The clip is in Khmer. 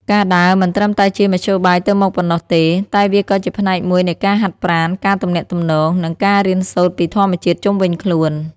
ការដើរមិនត្រឹមតែជាមធ្យោបាយទៅមកប៉ុណ្ណោះទេ តែវាក៏ជាផ្នែកមួយនៃការហាត់ប្រាណ ការទំនាក់ទំនង និងការរៀនសូត្រពីធម្មជាតិជុំវិញខ្លួន។